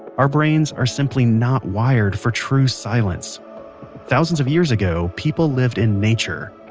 our brains are simply not wired for true silence thousands of years ago, people lived in nature.